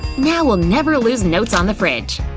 now we'll never lose notes on the fridge!